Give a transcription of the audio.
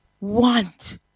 want